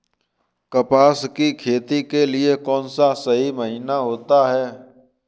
कपास की खेती के लिए कौन सा महीना सही होता है?